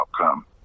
outcome